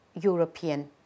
European